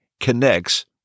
connects